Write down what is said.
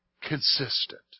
consistent